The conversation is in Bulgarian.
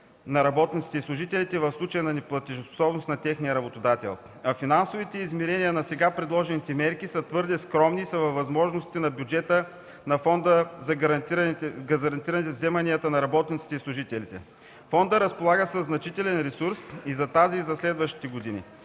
на работниците и служителите в случай на неплатежоспособност на техния работодател, а финансовите изменения на сега предложените мерки са твърде скромни и са във възможностите на бюджета на Фонда за гарантираните вземания на работниците и служителите. Фондът разполага със значителен ресурс и за тази, и за следващите години.